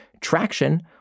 traction